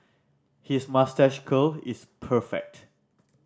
his moustache curl is perfect